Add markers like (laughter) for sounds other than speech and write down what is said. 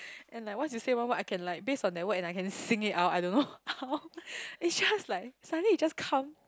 and like once you say one word I can like base on that word and I can sing it out I don't know how (laughs) it's just like suddenly it just come